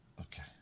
Okay